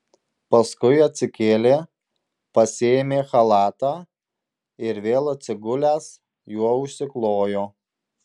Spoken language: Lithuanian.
paskui atsikėlė pasiėmė chalatą ir vėl atsigulęs juo užsiklojo